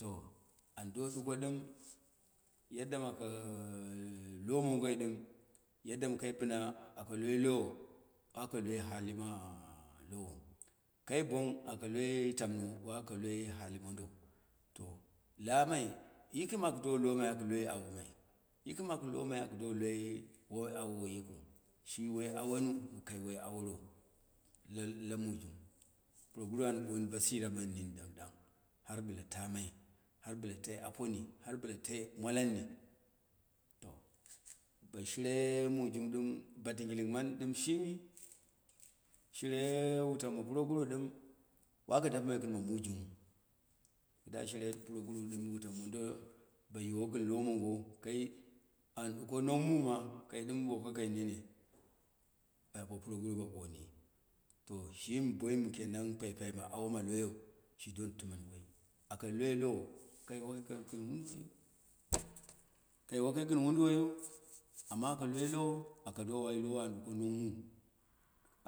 To, an do ɗuko ɗɨm yadda ma ako a lomo mongoi ɗɨm, yadda mɨ kai bɨna aka loi low, maiko loi halima lowou, kai bong ako lai tammi wako loi halima monogo to lamai, yiki ma aku do lomai aku loi apamai yikɨma aku do lo mai wa awowo yikiu, shi woi awmiu, kai wo awarou la la mu, puroguru an ɓarni basir aman nɨn ɗɨm ɗang har bɨra ta mai, har har bɨra tai aponi, har tila kai mwalanni, to shire mu jung ɗɨm, be kingiling man ɗɨm shimi, shire wutou ma puruguru ɗɨm shimi, wako ɗɨm dappɨ mai gɨm ma mujalngtu, kibda shire puruguru ɗɨm wutau mondo, bo yinwo kɨn lomongo, kai an ɗuko nong mu ma, kai ɗɨm bako kai nene aiba puruguru be ɓoni to shimi boimi kenan paipai ma awo ma loyo shi don timeni koi, ako loi low kai woi kai wakai gɨm wodu woyi, ama aka loi lowo, aka do wai low an ɗuko mong mu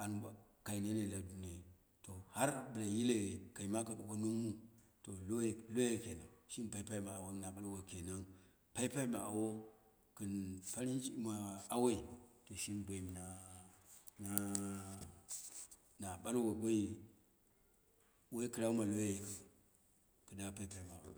an ɓa kai nene la duniya ne, to har bɨla yi leye kaima aka ɗuko nong mu to low loyai kenan, shimi paipaima awomɨna ɓalwo kanen, paipai ma awo, kɨn farin ciki ma, awoi shimi bai mima na na ɓalwo baiyi woi kɨrau ma loyo yikiu, kida paipai na awo